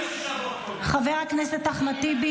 חבר הכנסת אחמד טיבי,